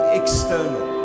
external